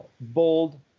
bold